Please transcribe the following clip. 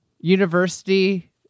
university